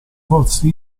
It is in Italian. force